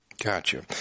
gotcha